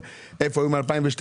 אבל איפה הם היו מ-2012?